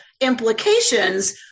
implications